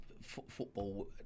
football